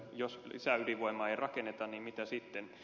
jos lisäydinvoimaa ei rakenneta niin mitä sitten